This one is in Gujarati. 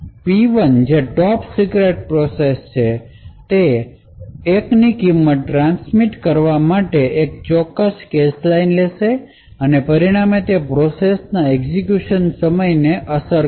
P1 જે ટોપ સીક્રેટ પ્રોસેસછે તે 1 ની કિંમત ટ્રાન્સમિટ કરવા માટે એક ચોક્કસ કેશ લાઇન લેશે અને પરિણામે તે પ્રોસેસના એક્ઝેક્યુશન સમયને અસર કરશે